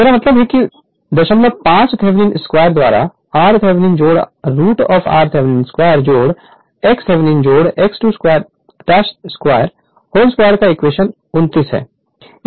मेरा मतलब है कि 05 VThevenin 2 द्वारा r Thevenin root of r Thevenin 2 x Thevenin x 2 2 whole 2 equation 29 है